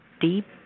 deep